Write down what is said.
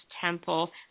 temple